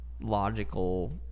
logical